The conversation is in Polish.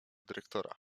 dyrektora